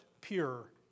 pure